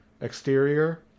exterior